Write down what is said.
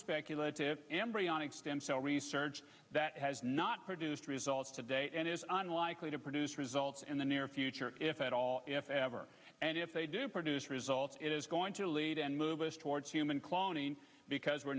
speculative embryonic stem cell research that has not produced results today and is unlikely to produce results in the near future if at all if ever and if they do produce results it is going to move us towards human cloning because we're